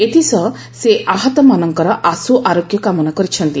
ଏଥିସହ ସେ ଆହତ ମାନଙ୍କର ଆଶୁ ଆରୋଗ୍ୟ କାମନା କରିଛନ୍ତି